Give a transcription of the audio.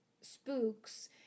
spooks